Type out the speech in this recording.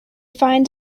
find